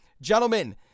gentlemen